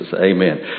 amen